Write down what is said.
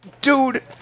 Dude